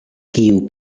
kiu